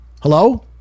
Hello